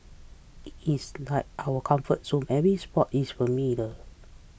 it is like our comfort zone every spot is familiar